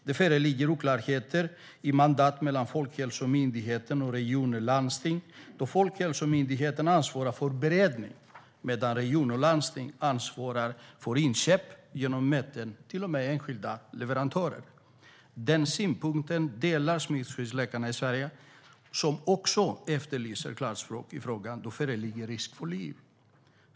Det föreligger oklarheter i mandat mellan Folkhälsomyndigheten, regioner och landsting då Folkhälsomyndigheten ansvarar för beredning medan regioner och landsting ansvarar för inköp genom möten med till och med enskilda leverantörer. Den synpunkten delar smittskyddsläkarna i Sverige. De efterlyser också klarspråk i frågan då det föreligger risk för liv.